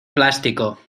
plástico